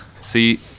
See